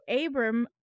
Abram